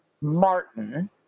Martin